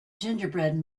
gingerbread